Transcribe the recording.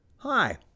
Hi